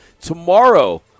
tomorrow